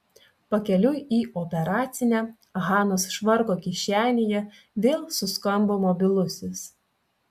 pakeliui į operacinę hanos švarko kišenėje vėl suskambo mobilusis